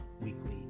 Weekly